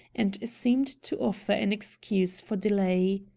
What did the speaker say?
and seemed to offer an excuse for delay.